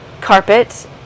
carpet